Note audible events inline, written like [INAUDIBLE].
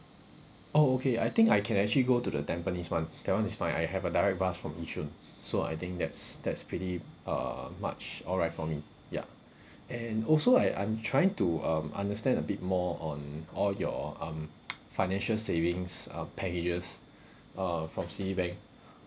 oh okay I think I can actually go to the tampines [one] that one is fine I have a direct bus from yishun so I think that's that's pretty uh much alright for me ya and also I I'm trying to um understand a bit more on all your um [NOISE] financial savings uh packages uh from Citibank